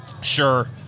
Sure